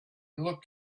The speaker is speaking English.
looked